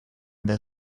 their